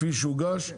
כפי שהוגש,